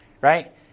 Right